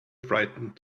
frightened